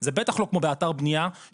זה בטח לא כמו באתר בניה,